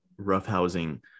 roughhousing